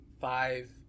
Five